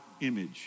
image